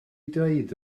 ddweud